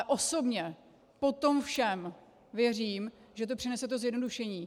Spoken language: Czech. Ale osobně po tom všem věřím, že to přinese to zjednodušení.